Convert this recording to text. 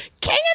king